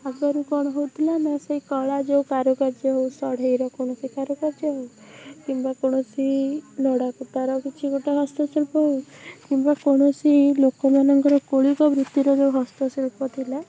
ଆଗରୁ କ'ଣ ହଉଥିଲା ନା ସେ କଳା ଯୋଉ କାରୁକାର୍ଯ୍ୟ ହେଉ ସଢ଼େଇର କୌଣସି କାରୁକାର୍ଯ୍ୟ ହେଉ କିମ୍ବା କୌଣସି ନଡ଼ାକୁଟାର କିଛି ଗୋଟେ ହସ୍ତଶିଳ୍ପ ହେଉ କିମ୍ବା କୌଣସି ଲୋକମାନଙ୍କର କୌଳିକ ବୃତ୍ତିର ଯୋଉ ହସ୍ତଶିଳ୍ପ ଥିଲା